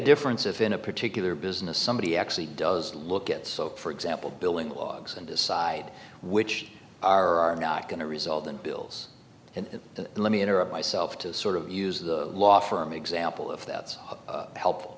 difference if in a particular business somebody actually does look at so for example billing logs and decide which are not going to result in bills and let me interrupt myself to sort of use the law firm example if that's helpful